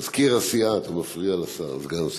מזכיר הסיעה, אתה מפריע לסגן השר.